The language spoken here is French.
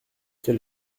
quel